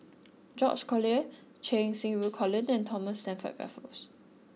George Collyer Cheng Xinru Colin and Thomas Stamford Raffles